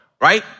right